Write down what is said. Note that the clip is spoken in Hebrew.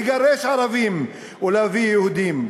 לגרש ערבים ולהביא יהודים,